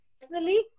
personally